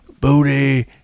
Booty